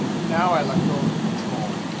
now i let go of control.